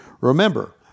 remember